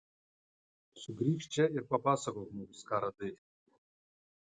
sugrįžk čia ir papasakok mums ką radai